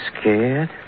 scared